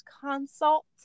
consult